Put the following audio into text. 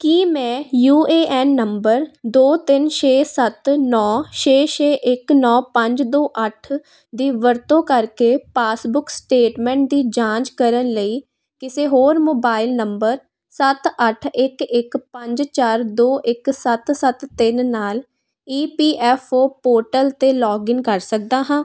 ਕੀ ਮੈਂ U A N number ਦੋ ਤਿੰਨ ਛੇ ਸੱਤ ਨੌਂ ਛੇ ਛੇ ਇੱਕ ਨੌਂ ਪੰਜ ਦੋ ਅੱਠ ਦੀ ਵਰਤੋਂ ਕਰਕੇ ਪਾਸਬੁੱਕ ਸਟੇਟਮੈਂਟ ਦੀ ਜਾਂਚ ਕਰਨ ਲਈ ਕਿਸੇ ਹੋਰ ਮੋਬਾਈਲ ਨੰਬਰ ਸੱਤ ਅੱਠ ਇੱਕ ਇੱਕ ਪੰਜ ਚਾਰ ਦੋ ਇੱਕ ਸੱਤ ਸੱਤ ਤਿੰਨ ਨਾਲ E P F O portal 'ਤੇ ਲੌਗਇਨ ਕਰ ਸਕਦਾ ਹਾਂ